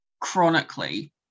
chronically